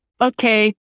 okay